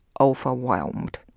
overwhelmed